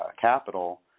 capital